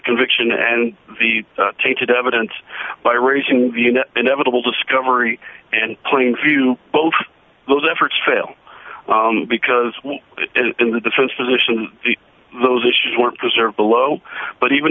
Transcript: conviction and the tainted evidence by raising view inevitable discovery and plain view both of those efforts fail because in the defense position those issues were those are below but even